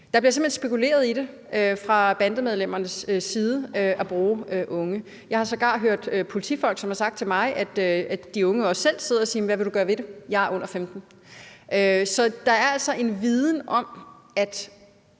Der bliver simpelt hen spekuleret i fra bandemedlemmernes side at bruge unge. Jeg har sågar hørt politifolk, som har sagt til mig, at de unge også selv sidder og siger: Jeg er under 15 år, så hvad vil du gøre ved det? Så der er altså en viden om, at